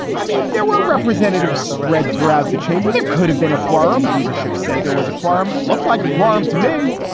i mean, there were representatives spread throughout the chamber. there could have been a quorum. leadership said there was a quorum. looked like a quorum to me.